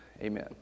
Amen